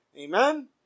Amen